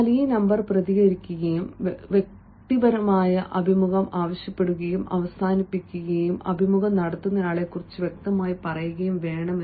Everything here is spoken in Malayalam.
എന്നാൽ ഈ നമ്പർ പ്രതികരിക്കുകയും വ്യക്തിപരമായ അഭിമുഖം ആവശ്യപ്പെടുകയും അവസാനിപ്പിക്കുകയും അഭിമുഖം നടത്തുന്നയാളെക്കുറിച്ച് വ്യക്തമായി പറയുകയും വേണം